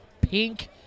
pink